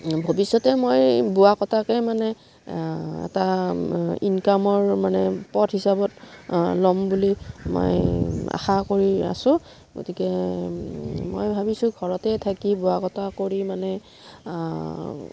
ভৱিষ্যতে মই বোৱা কটাকে মানে এটা ইনকামৰ মানে পথ হিচাপত ল'ম বুলি মই আশা কৰি আছোঁ গতিকে মই ভাবিছোঁ ঘৰতে থাকি বোৱা কটা কৰি মানে